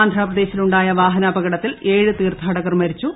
ആന്ധ്രാപ്രദേശിലുണ്ടായ വാഹനാപകടത്തിൽ ഏഴ് തീർത്ഥാടകർ മരിച്ചു